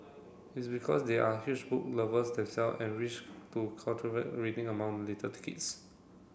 it's because they are huge book lovers them self and wish to cultivate reading among little kids